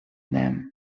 them